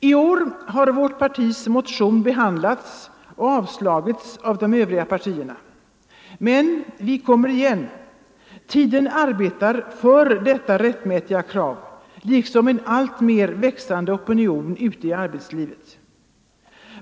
I år har vårt partis motion behandlats och avslagits av de övriga partierna. Men vi kommer igen. Tiden arbetar för detta rättmätiga krav liksom en växande opinion ute i arbetslivet.